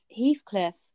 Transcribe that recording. heathcliff